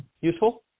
useful